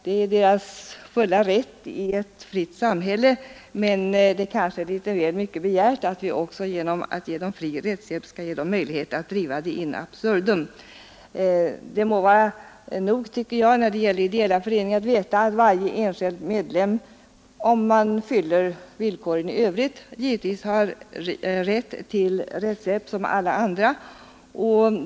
Det är gruppernas fulla rätt i ett fritt samhälle, men det är väl mycket begärt att vi genom att ge dem fri rättshjälp skall ge dem möjligheter att driva sin verksamhet in absurdum. När det gäller ideella föreningar må det vara nog att veta att varje enskild medlem, om han uppfyller villkoren i övrigt, givetvis har rätt till rättshjälp såsom alla andra.